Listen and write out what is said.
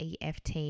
EFT